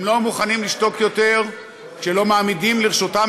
הם לא מוכנים לשתוק יותר כשלא מעמידים לרשותם